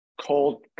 cold